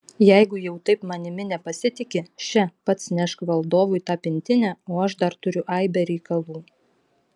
jeigu jau taip manimi nepasitiki še pats nešk valdovui tą pintinę o aš dar turiu aibę reikalų